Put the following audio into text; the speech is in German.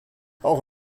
auch